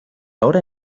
ahora